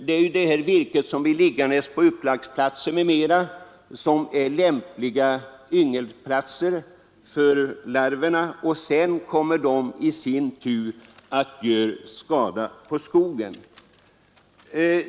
Det är ju det virket som blir liggande på upplagsplatser o. d. som är lämpliga yngelplatser för larverna, som sedan de utvecklats i sin tur gör skada på skogen.